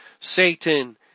Satan